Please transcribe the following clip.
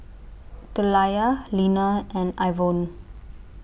Deliah Leaner and Ivonne